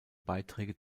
beiträge